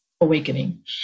awakening